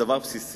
זה דבר בסיסי,